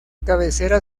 cabecera